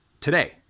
today